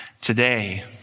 today